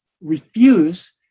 refuse